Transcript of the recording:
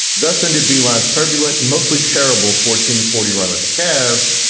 thus into billons, turbulent and mostly terrible fourteen forty run with the cavs,